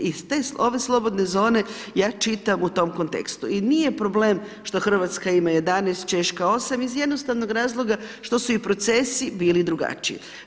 I te, ove slobodne zone, ja čitam u tom kontekstu, i nije problem što Hrvatska ima 11, Češka 8, iz jednostavnog razloga što su i procesi bili drugačiji.